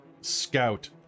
scout